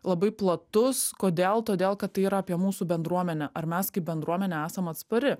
labai platus kodėl todėl kad tai yra apie mūsų bendruomenę ar mes kaip bendruomenė esam atspari